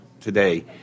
today